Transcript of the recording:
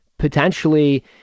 Potentially